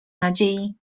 nadziei